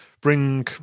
bring